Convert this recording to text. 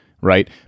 right